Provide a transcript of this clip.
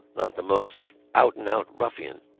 not the most. out-and-out ruffian,